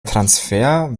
transfer